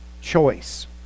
choice